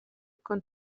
con